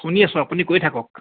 শুনি আছোঁ আপুনি কৈ থাকক